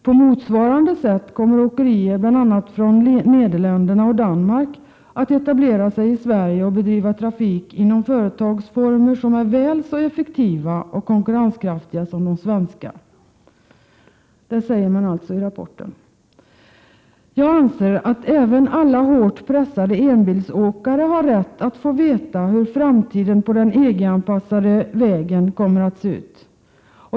På motsvarande sätt kommer åkerier från bl.a. Nederländerna och Danmark att etablera sig i Sverige och bedriva trafik inom företagsformer som är väl så effektiva och konkurrenskraftiga som de svenska.” Jag anser att även alla hårt pressade enbilsåkare har rätt att få veta hur framtiden på den EG-anpassade vägen kommer att se ut.